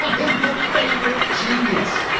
i am your favorite genius.